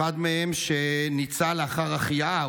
אחד מהם ניצל לאחר החייאה,